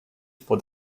for